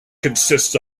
consists